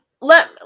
Let